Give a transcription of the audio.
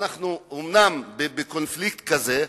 אנחנו אומנם בקונפליקט כזה,